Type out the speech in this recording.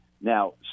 Now